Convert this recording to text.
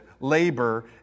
labor